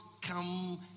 come